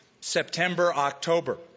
September-October